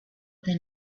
then